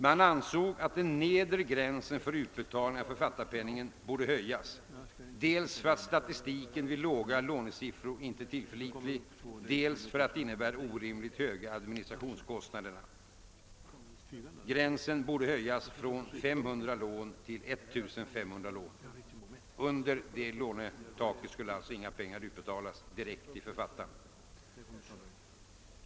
Man ansåg att den nedre gränsen för utbetalning av författarpenningen borde höjas, dels för att statistiken vid låga lånesiffror inte är tillförlitlig, dels därför att den innebär orimligt höga administrationskostnader. Gränsen borde därför höjas från 500 till 15300 lån. Under det lånetaket skulle ailtså inga pengar utbetalas direkt till författaren.